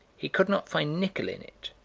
he could not find nickel in it.